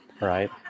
right